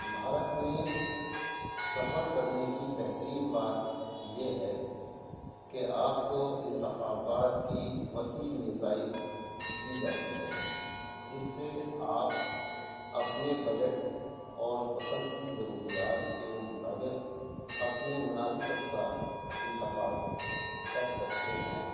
بھارت میں سفر کرنے کی بہترین بات یہ ہے کہ آپ کو انتخابات کی وسیع میزائل دی جاتی ہے جس سے آپ اپنے بجٹ اور سفر کی ضروریات کے مطابق اپنی مناسبت کا انتخاب کر سکتے ہیں